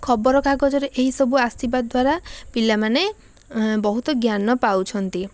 ଖବରକାଗଜରେ ଏହିସବୁ ଆସିବା ଦ୍ୱାରା ପିଲାମାନେ ବହୁତ ଜ୍ଞାନ ପାଉଛନ୍ତି